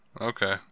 Okay